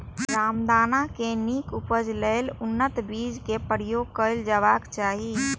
रामदाना के नीक उपज लेल उन्नत बीज केर प्रयोग कैल जेबाक चाही